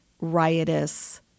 riotous